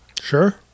Sure